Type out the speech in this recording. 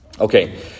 Okay